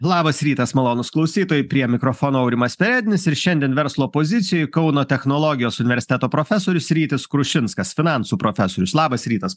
labas rytas malonūs klausytojai prie mikrofono aurimas perednis ir šiandien verslo pozicijoj kauno technologijos universiteto profesorius rytis krušinskas finansų profesorius labas rytas